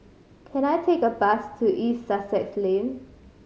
can I take a bus to East Sussex Lane